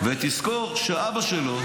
ותזכור שאבא שלו